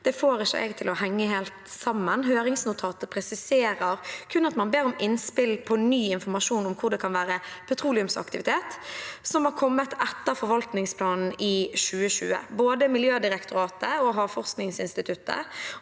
Det får jeg ikke til å henge helt sammen. Høringsnotatet presiserer kun at man ber om innspill på ny informasjon om hvor det kan være petroleumsaktivitet, som har kommet etter forvaltningsplanen i 2020. Både Miljødirektoratet, Havforskningsinstituttet